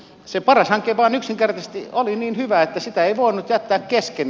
se paras hanke vaan yksinkertaisesti oli niin hyvä että sitä ei voinut jättää kesken